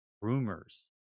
rumors